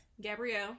gabrielle